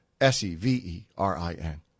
S-E-V-E-R-I-N